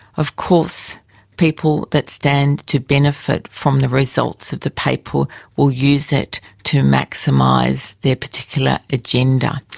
of course people that stand to benefit from the results of the paper will use it to maximise their particular agenda.